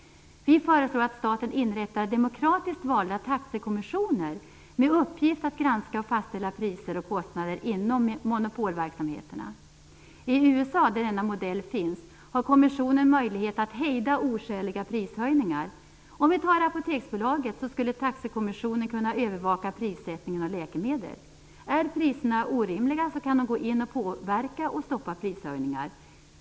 Vi föreslår att staten inrättar demokratiskt valda taxekommissioner med uppgift att granska och fastställa priser och kostnader inom monopolverksamheterna. I USA, där denna modell finns, har kommissionen möjlighet att hejda oskäliga prishöjningar. Om vi tar Apoteksbolaget som exempel, så skulle taxekommissionen kunna övervaka prissättningen av läkemedel. Är priserna orimliga kan man gå in och påverka och stoppa prishöjningar.